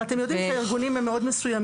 אבל אתם יודעים שהארגונים הם מאוד מסוימים.